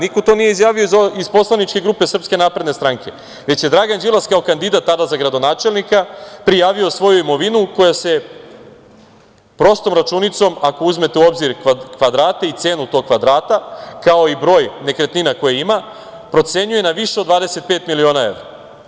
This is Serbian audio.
Niko nije to izjavio iz poslaničke grupe SNS, već je Dragan Đilas kao kandidat tada za gradonačelnika prijavio svoju imovinu, koja se prostom računicom ako uzmete u obzir kvadrate i cenu tog kvadrata, kao i broj nekretnina koje ima, procenjuje na više od 25 miliona evra.